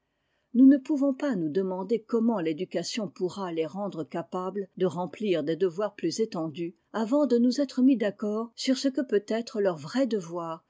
nous ne pouvons pas nous demander comment l'éducation pourra les rendre capables de remplir des devoirs plus étendus avant de nous être mis d'accord sur ce que peut être leur vrai devoir